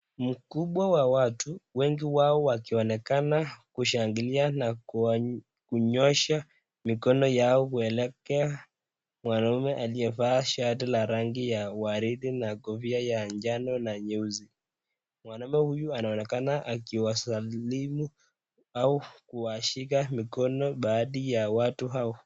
Mkubwa wa watu, wengi wao wakionekana kushangilia na kunyoosha mikono yao kuelekea mwanaume aliyevaa shati la rangi ya waridi na kofia ya njano na nyeusi. Mwanaume huyu anaonekana akiwa salimu au kuwashika mikono baadhi ya watu hao.